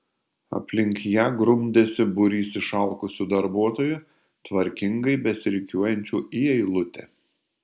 aplink ją grumdėsi būrys išalkusių darbuotojų tvarkingai besirikiuojančių į eilutę